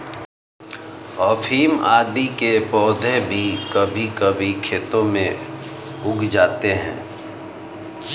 अफीम आदि के पौधे भी कभी कभी खेतों में उग जाते हैं